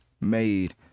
made